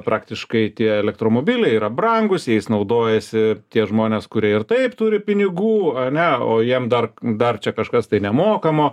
praktiškai tie elektromobiliai yra brangūs jais naudojasi tie žmonės kurie ir taip turi pinigų ane o jiem dar dar čia kažkas tai nemokamo